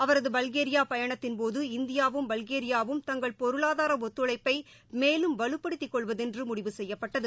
அவரது பல்கேரியா பயணத்தின் போது இந்தியாவும் பல்கேரியாவும் தங்கள் பொருளாதார ஒத்துழைப்பை மேலும் வலுப்படுத்தி கொள்வதென்று முடிவு செய்யப்பட்டது